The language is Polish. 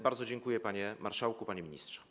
Bardzo dziękuję, panie marszałku, panie ministrze.